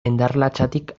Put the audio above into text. endarlatsatik